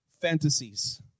fantasies